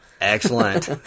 Excellent